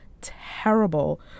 terrible